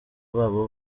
babo